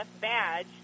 badge